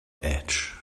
edge